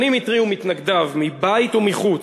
שנים התריעו מתנגדיו, מבית ומחוץ,